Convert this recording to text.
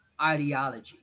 ideology